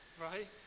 right